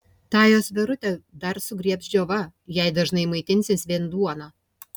tą jos verutę dar sugriebs džiova jei dažnai maitinsis vien duona